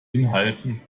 inhalten